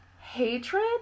hatred